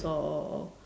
or